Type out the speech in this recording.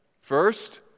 first